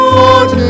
Lord